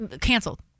canceled